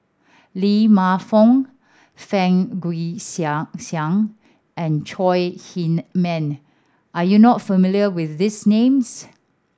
Lee Man Fong Fang Guixiang and Chong Heman are you not familiar with these names